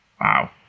Wow